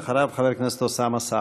אחריו, חבר הכנסת אוסאמה סעדי.